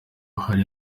hano